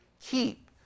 keep